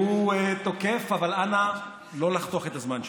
שהוא תוקף, אבל אנא לא לחתוך את הזמן שלי.